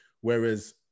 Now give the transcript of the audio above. Whereas